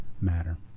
matter